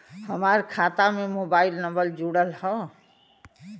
हमार खाता में मोबाइल नम्बर जुड़ल हो?